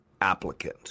applicant